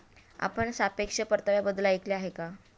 आपण सापेक्ष परताव्याबद्दल ऐकले आहे का?